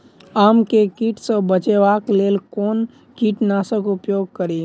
आम केँ कीट सऽ बचेबाक लेल कोना कीट नाशक उपयोग करि?